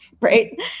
right